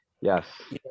Yes